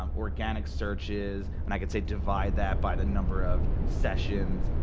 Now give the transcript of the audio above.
um organic searches, and i could say divide that by the number of sessions,